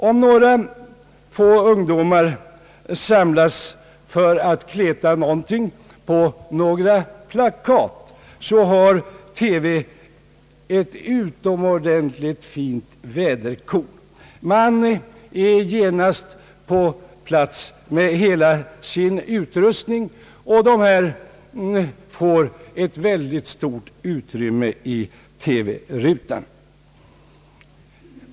Om några få ungdomar samlas för att kleta någonting på några plakat, så har TV ett utomordentligt fint väderkorn. Man är genast på plats med hela sin utrustning, och dessa ungdomar får ett väldigt stort utrymme i TV-rutan.